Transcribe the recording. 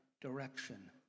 direction